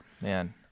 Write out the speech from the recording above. man